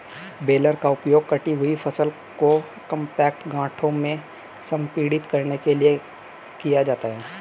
baler का उपयोग कटी हुई फसल को कॉम्पैक्ट गांठों में संपीड़ित करने के लिए किया जाता है